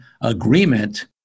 agreement